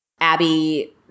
Abby